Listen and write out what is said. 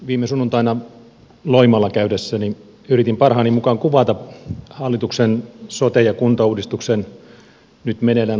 viime sunnuntaina loimaalla käydessäni yritin parhaani mukaan kuvata hallituksen sote ja kuntauudistuksen nyt meneillään olevaa vaihetta